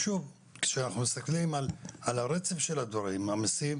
כשאנחנו מסתכלים על הרצף של הדברים רואים שמעמיסים